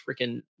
freaking